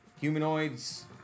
humanoids